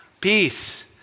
Peace